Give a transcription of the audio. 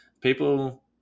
people